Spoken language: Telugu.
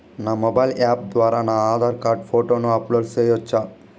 నా మొబైల్ యాప్ ద్వారా నా ఆధార్ కార్డు ఫోటోను అప్లోడ్ సేయొచ్చా?